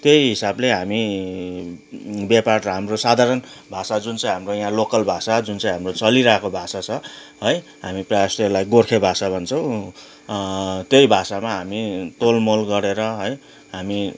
त्यही हिसाबले हामी व्यापार हाम्रो साधारण भाषा जुन चाहिँ हाम्रो यहाँ लोकल भाषा जुन चाहिँ हाम्रो चलिरहेको भाषा छ है हामी प्राय जस्तो यसलाई गोर्खे भाषा भन्छौँ त्यही भाषामा हामी तोलमोल गरेर है हामी